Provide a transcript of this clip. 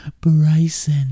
bryson